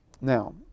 Now